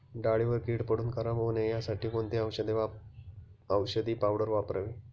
डाळीवर कीड पडून खराब होऊ नये यासाठी कोणती औषधी पावडर वापरावी?